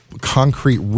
concrete